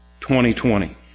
2020